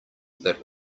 that